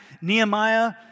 Nehemiah